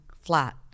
flat